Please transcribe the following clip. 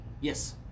Yes